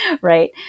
right